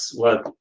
what,